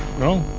no?